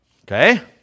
okay